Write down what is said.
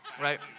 right